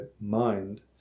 mind